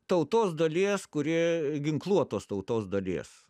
tautos dalies kuri ginkluotos tautos dalies